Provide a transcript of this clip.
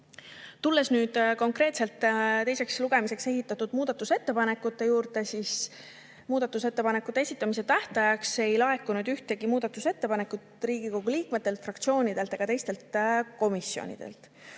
Tulen nüüd konkreetselt teiseks lugemiseks esitatud muudatusettepanekute juurde. Muudatusettepanekute esitamise tähtajaks ei laekunud ühtegi muudatusettepanekut Riigikogu liikmetelt, fraktsioonidelt ega teistelt komisjonidelt.